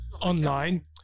online